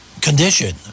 condition